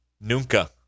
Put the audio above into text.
Nunca